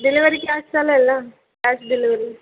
delivery cash चालेल ना cash delivery